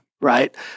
right